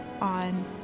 on